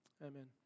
Amen